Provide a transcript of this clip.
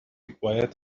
required